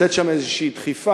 לתת שם איזו דחיפה,